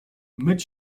myć